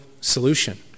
solution